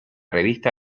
revista